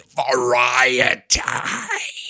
variety